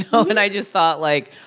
um and i just thought, like,